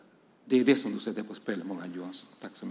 Det är detta som du sätter på spel, Morgan Johansson!